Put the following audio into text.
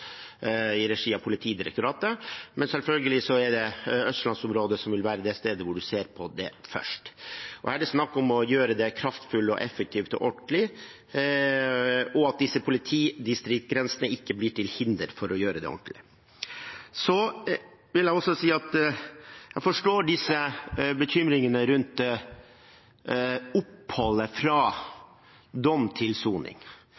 i regi av Politidirektoratet, men selvfølgelig er det Østlands-området som vil være det stedet hvor en ser på det først. Her er det snakk om å gjøre det kraftfullt og effektivt og ordentlig, og at disse politidistriktsgrensene ikke blir til hinder for å gjøre det ordentlig. Så vil jeg også si at jeg forstår disse bekymringene rundt oppholdet fra dom til soning.